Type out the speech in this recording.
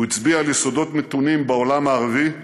הוא הצביע על יסודות מתונים בעולם הערבי,